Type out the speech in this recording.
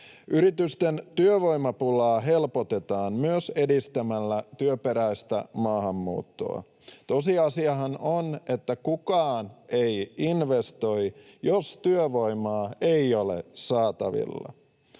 Yritysten työvoimapulaa helpotetaan myös edistämällä työperäistä maahanmuuttoa. Tosiasiahan on, että kukaan ei investoi, jos työvoimaa ei ole saatavilla.